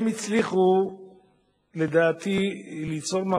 להציג אותן בכבוד